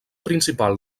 principal